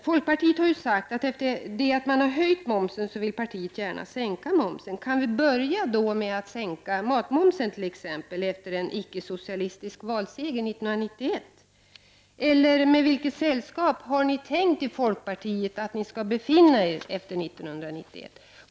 Folkpartiet har sagt att det sedan momsen höjts gärna vill sänka momsen. Kan vi börja med att sänka matmomsen efter en icke-socialistisk valseger 1991? I vilket sällskap har folkpartiet tänkt att befinna sig 1991?